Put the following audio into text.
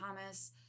Thomas